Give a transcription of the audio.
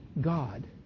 God